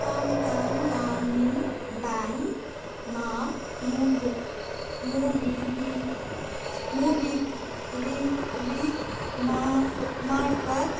कोङ्कण ग्रामीण ब्याङ्कमा मोबी मोबी मोबिविक मोबिक्विक मा मार्फत्